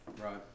Right